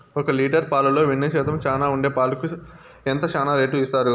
ఒక లీటర్ పాలలో వెన్న శాతం చానా ఉండే పాలకు ఎంత చానా రేటు ఇస్తారు?